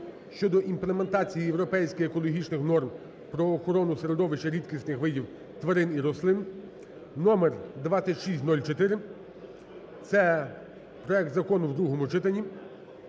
(щодо імплементації європейських екологічних норм про охорону середовища рідкісних видів тварин і рослин) (№ 2604) в другому читанні